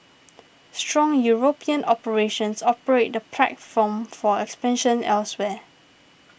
strong European operations operate the platform for expansion elsewhere